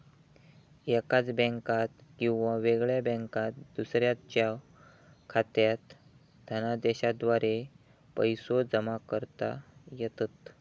एकाच बँकात किंवा वेगळ्या बँकात दुसऱ्याच्यो खात्यात धनादेशाद्वारा पैसो जमा करता येतत